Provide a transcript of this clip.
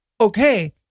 Okay